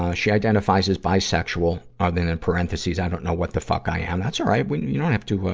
ah she identifies as bisexual, and ah then in parentheses i don't know what the fuck i am. that's all right, you don't have to, ah,